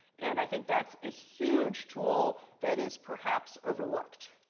and i think that's a huge tool that is perhaps overlooked.